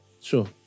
Sure